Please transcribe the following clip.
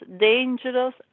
dangerous